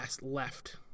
left